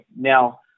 Now